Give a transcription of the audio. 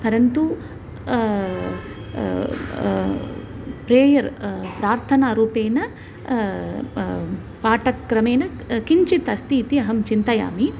परन्तु प्रेयर् प्रार्थनारूपेण पाठक्रमेण क् किञ्चित् अस्ति इति अहं चिन्तयामि